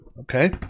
okay